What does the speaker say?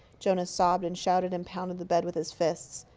jonas sobbed and shouted and pounded the bed with his fists.